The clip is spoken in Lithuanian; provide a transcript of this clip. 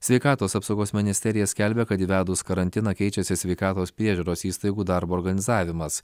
sveikatos apsaugos ministerija skelbia kad įvedus karantiną keičiasi sveikatos priežiūros įstaigų darbo organizavimas